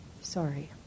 sorry